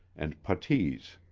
and puttees.